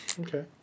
Okay